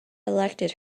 elected